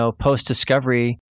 post-discovery